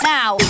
Now